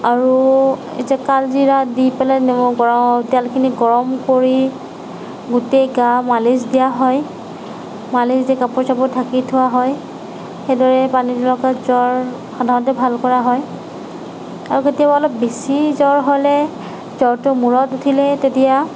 আৰু এই যে কালজিৰা দি পেলাই তেলখিনি গৰম কৰি গোটেই গা মালিচ দিয়া হয় মালিচ দি কাপোৰ চাপোৰ ঢাকি থোৱা হয় সেইদৰে পানীলগা জ্বৰ সাধাৰণতে ভাল কৰা হয় আৰু কেতিয়াবা অলপ বেছি জ্বৰ হ'লে জ্বৰটো মূৰত উঠিলে তেতিয়া